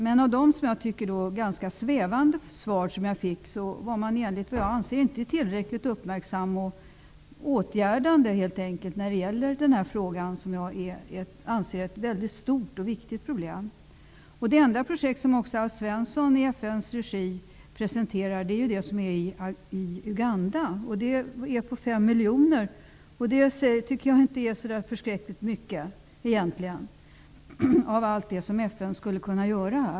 Men av de som jag tycker ganska svävande svar som jag fick framgick att man inte var tillräckligt uppmärksam och åtgärdande när det gäller den här frågan, som jag anser står för ett mycket stort och viktigt problem. Det enda projekt i FN:s regi som Alf Svensson presenterar är det som pågår i Uganda. Det omfattar 5 miljoner. Det tycker jag inte är så förskräckligt mycket egentligen med tanke på allt det som FN skulle kunna göra.